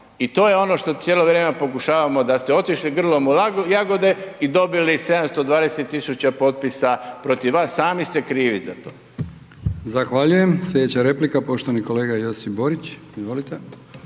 I to je ono što cijelo vrijeme pokušavamo da ste otišli grlom u jagode i dobili 720 tisuća potpisa protiv vas, sami ste krivi za to. **Brkić, Milijan (HDZ)** Zahvaljujem. Sljedeća replika, poštovani kolega Josip Borić. Izvolite.